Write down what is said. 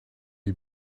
you